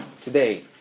today